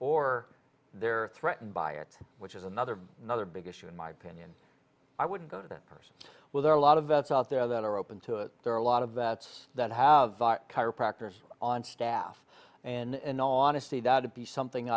or they're threatened by it which is another another big issue in my opinion i wouldn't go to that person well there are a lot of vets out there that are open to it there are a lot of that that have chiropractors on staff and on a cd to be something